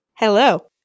Hello